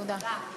תודה.